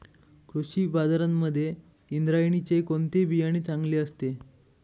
कृषी बाजारांमध्ये इंद्रायणीचे कोणते बियाणे चांगले असते?